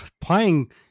Playing